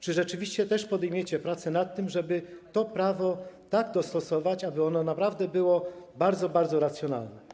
Czy rzeczywiście podejmiecie też prace nad tym, żeby to prawo tak dostosować, aby ono naprawdę było bardzo, bardzo racjonalne?